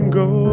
go